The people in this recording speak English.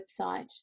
website